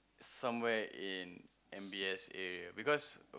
somewhere in M_B_S area because